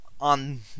on